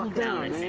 down